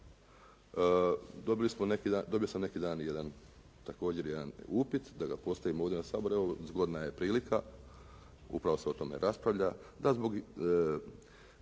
Dobio sam neki dan također jedan upit da postoji model, samo evo zgodna je prilika, upravo se o tome raspravlja, da zbog,